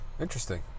Interesting